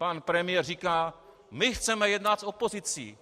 Pan premiér říká: My chceme jednat s opozicí.